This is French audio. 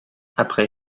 après